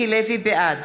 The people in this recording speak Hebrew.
בעד